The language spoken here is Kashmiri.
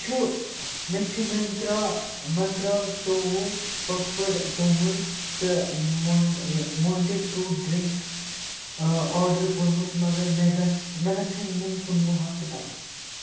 چھُ مےٚ چھُ مِنٛترٛا مَنٛترا ژوٚوُہ پَفڈ توٚمُل تہٕ مۅنٛڈ یہِ مانٛٹہِ فرٛوٗٹ ڈرٛنٛک آرڈر کوٚرمُت مگر مےٚ گَژھِ مےٚ گژھَن یِم کُنوُہ ہفتہٕ پتہٕ